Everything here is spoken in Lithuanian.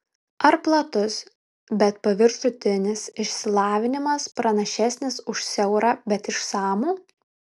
ar platus bet paviršutinis išsilavinimas pranašesnis už siaurą bet išsamų